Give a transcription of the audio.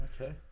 Okay